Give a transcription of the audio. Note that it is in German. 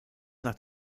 nach